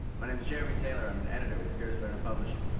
my name is jeremy taylor, i am an editor with pearce learner publishing.